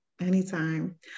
Anytime